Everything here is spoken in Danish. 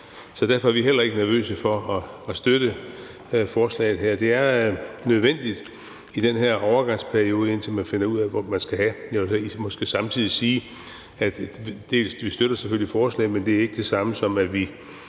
Derfor er vi heller ikke nervøse for at støtte forslaget her. Det er nødvendigt i den her overgangsperiode, indtil man finder ud af, hvad man skal have. Jeg kan måske samtidig sige, at vi selvfølgelig støtter forslaget, men at det ikke er det samme, som at vi